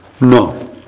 No